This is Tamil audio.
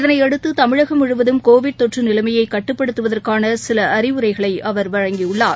இதனையடுத்து தமிழகம் முழுவதும் கோவிட் தொற்று நிலைமையை கட்டுப்படுத்துவதற்கான சில அறிவுரைகளை அவர் வழங்கியுள்ளார்